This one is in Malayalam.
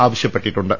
ആവശ്യപ്പെട്ടിട്ടുണ്ട്